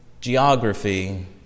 geography